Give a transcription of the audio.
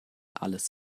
alles